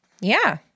Yeah